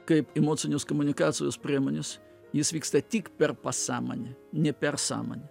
kaip emocinės komunikacijos priemonės jis vyksta tik per pasąmonę ne per sąmonę